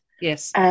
yes